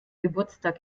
geburtstag